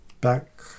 back